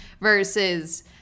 versus